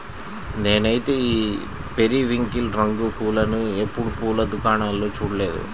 నేనైతే ఈ పెరివింకిల్ రంగు పూలను ఎప్పుడు పూల దుకాణాల్లో చూడలేదు